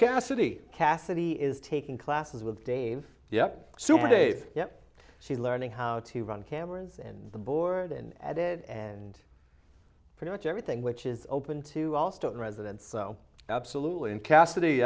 cassidy cassidy is taking classes with dave yep super dave yep she learning how to run cameras and the board and it and pretty much everything which is open to austin residents so absolutely and cassidy